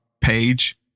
page